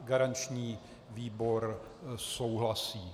Garanční výbor souhlasí.